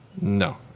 No